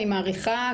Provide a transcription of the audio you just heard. אני מעריכה.